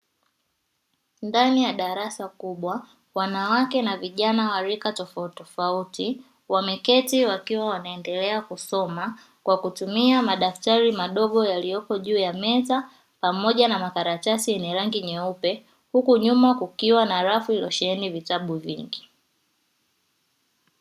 Ndani ya darasa kubwa wanawake na vijana wa rika tofautitofauti wameketi wakiwa wanaendelea kusoma kwa kutumia madaftari madogo yaliyopo juu ya meza pamoja na makaratasi yenye rangi nyeupe, huku nyuma kukiwa na rafu iliyosheheni vitabu vingi.